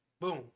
boom